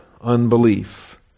Unbelief